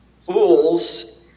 Fools